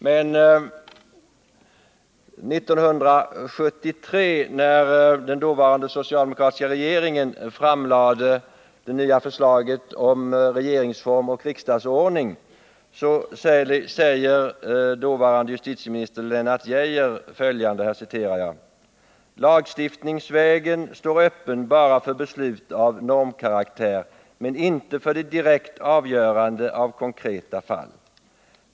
Men 1973, när den dåvarande socialdemokratiska regeringen framlade det nya förslaget om regeringsform och riksdagsordning, skrev den dåvarande justitieministern Lennart Geijer bl.a. följande: ”Lagstiftningsvägen står således öppen bara för beslut av normkaraktär men inte för det direkta avgörandet av konkreta fall.